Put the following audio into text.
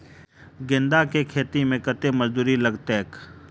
गेंदा केँ खेती मे कतेक मजदूरी लगतैक?